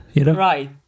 Right